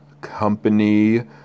Company